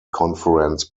conference